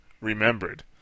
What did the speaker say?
remembered